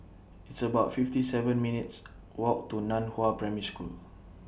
It's about fifty seven minutes' Walk to NAN Hua Primary School